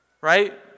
Right